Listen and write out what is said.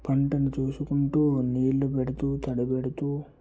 పంటను చూసుకుంటు నీళ్ళు పెడుతు తడి పెడుతు